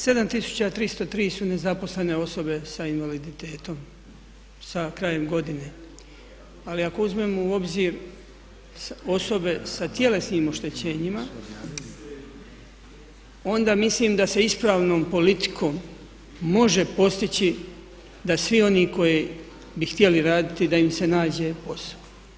7303 su nezaposlene osobe sa invaliditetom sa krajem godine, ali ako uzmemo u obzir osobe sa tjelesnim oštećenjima onda mislim da se ispravnom politikom može postići da svi oni koji bi htjeli raditi da im se nađe posao.